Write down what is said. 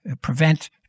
prevent